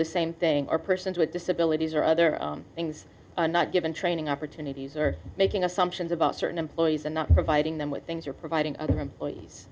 the same thing or persons with disabilities or other things not given training opportunities or making assumptions about certain employees and not providing them with things or providing other employees